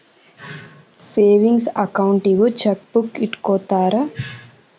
savings ಅಕೌಂಟಿಗೂ chequebook ಇಟ್ಟ್ಕೊತ್ತರ